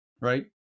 right